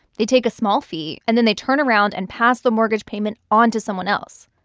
they take a small fee, and then they turn around and pass the mortgage payment on to someone else.